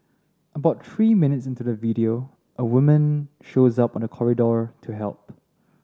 about three minutes into the video a woman shows up on the corridor to help